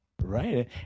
Right